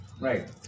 right